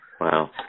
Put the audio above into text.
Wow